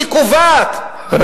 היא קובעת מי יחקור,